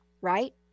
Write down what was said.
Right